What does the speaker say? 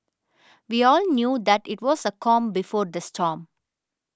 we all knew that it was the calm before the storm